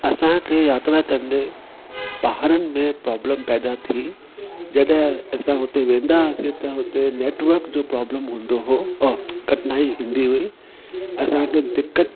असांखे यात्रा कंदे पहाड़नि में प्रॉब्लम पैदा थी जॾहिं असां हुते वेंदा हुआसीं त हुते नेटवर्क जो प्रॉब्लम हूंदो हुओ कठिनाई ईंदी हुई असांखे दिक़त